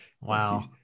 Wow